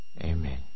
Amen